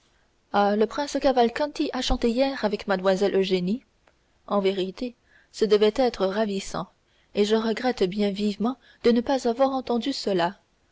ah le prince cavalcanti a chanté hier avec mlle eugénie en vérité ce devait être ravissant et je regrette bien vivement de ne pas avoir entendu cela